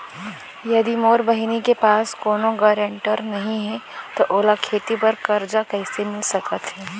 यदि मोर बहिनी के पास कोनो गरेंटेटर नई हे त ओला खेती बर कर्जा कईसे मिल सकत हे?